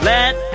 Let